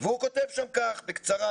והוא כותב שם כך: בקצרה,